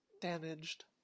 damaged